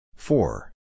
Four